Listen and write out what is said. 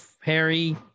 Harry